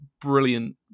brilliant